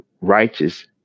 righteous